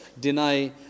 deny